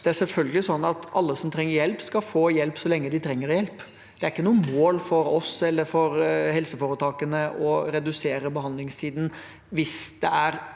alle som trenger hjelp, skal få hjelp så lenge de trenger hjelp. Det er ikke noe mål for oss eller for helseforetakene å redusere behandlingstiden hvis det er